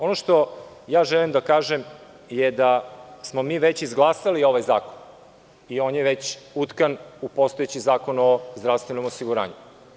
Ono što želim da kažem je da smo mi već izglasali ovaj zakon i on je već utkan u postojeći Zakon o zdravstvenom osiguranju.